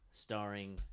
starring